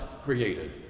created